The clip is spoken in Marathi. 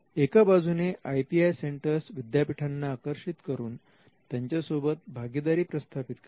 एका बाजूने आय पी सेंटर्स विद्यापीठांना आकर्षित करून त्यांच्यासोबत भागीदारी प्रस्थापित करते